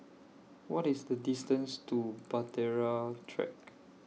What IS The distance to Bahtera Track